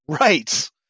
right